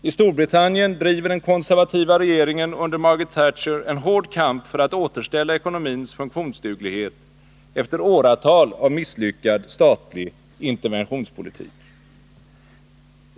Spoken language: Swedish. I Storbritannien driver den konservativa regeringen under Margaret Thatcher en hård kamp för att återställa ekonomins funktionsduglighet efter åratal av misslyckad statlig interventionspolitik.